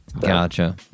Gotcha